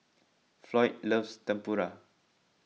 Floyd loves Tempura